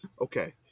Okay